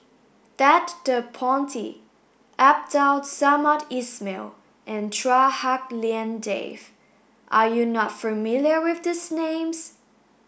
Ted De Ponti Abdul Samad Ismail and Chua Hak Lien Dave are you not familiar with these names